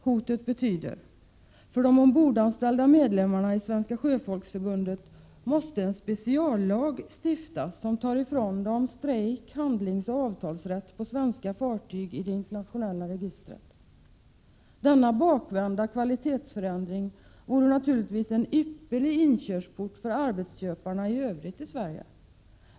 Hotet betyder att det för de ombordanställda medlemmarna i Svenska sjöfolksförbundet skall stiftas en speciallag som tar ifrån dem strejk-, handlingsoch avtalsrätt på svenska fartyg i det internationella registret. Denna bakvända ”kvalitets”-förändring vore naturligtivs en ypperlig inkörsport för arbetsköparna i övrigt i Sverige.